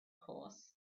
course